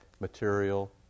material